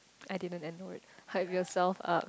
I didn't ignore it hype yourself up